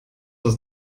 das